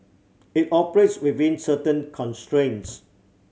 it operates within certain constraints